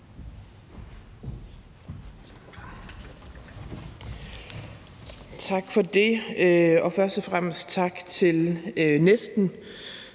Tak for det, og først og fremmest tak til næsten